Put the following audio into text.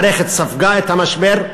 המערכת ספגה את המשבר.